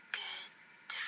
good